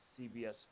CBS